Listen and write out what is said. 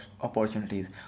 opportunities